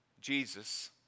Jesus